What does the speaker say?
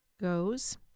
goes